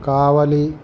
కావలి